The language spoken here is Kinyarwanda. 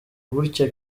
gutya